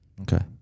Okay